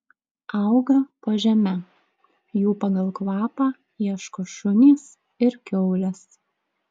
auga po žeme jų pagal kvapą ieško šunys ir kiaulės